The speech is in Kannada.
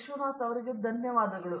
ವಿಶ್ವನಾಥನ್ ಧನ್ಯವಾದಗಳು